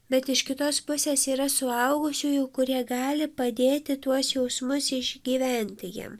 bet iš kitos pusės yra suaugusiųjų kurie gali padėti tuos jausmus išgyventi jiem